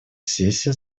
сессия